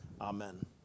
Amen